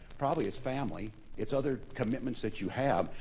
probably it's family, it's other commitments that you have,